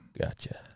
Gotcha